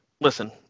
listen